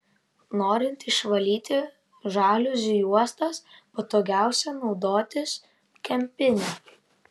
norint išvalyti žaliuzių juostas patogiausia naudotis kempine